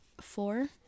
four